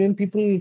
people